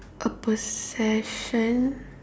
a possession